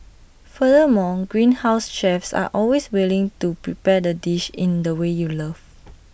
furthermore Greenhouse's chefs are always willing to prepare the dish in the way you love